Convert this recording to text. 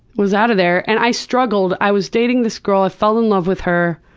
was out of there. and i struggled. i was dating this girl. i fell in love with her